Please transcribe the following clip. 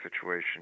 situation